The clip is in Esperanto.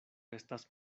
estas